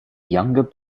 younger